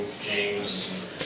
James